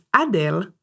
Adele